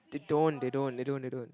they don't they don't they don't they don't